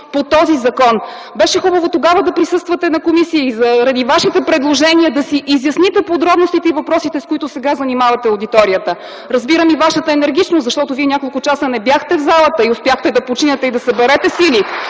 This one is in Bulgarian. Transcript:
Манолова.) Беше хубаво тогава да присъствате на заседанието на комисията и заради Вашите предложения - да си изясните подробностите и въпросите, с които сега занимавате аудиторията. Разбирам и Вашата енергичност, защото Вие няколко часа не бяхте в залата и успяхте да починете и да съберете сили